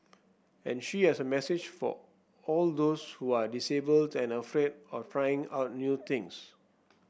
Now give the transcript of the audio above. and she has a message for all those who are disabled and afraid of trying out new things